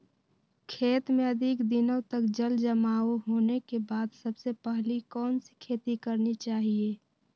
खेत में अधिक दिनों तक जल जमाओ होने के बाद सबसे पहली कौन सी खेती करनी चाहिए?